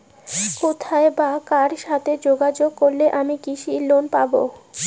কোথায় বা কার সাথে যোগাযোগ করলে আমি কৃষি লোন পাব?